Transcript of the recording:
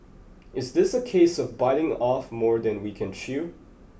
is this a case of biting off more than we can chew